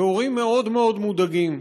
והורים מאוד מאוד מודאגים,